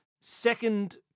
second